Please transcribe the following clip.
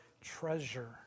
treasure